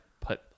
put